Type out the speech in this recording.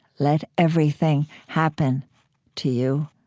let everything happen to you